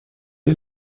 est